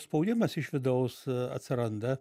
spaudimas iš vidaus atsiranda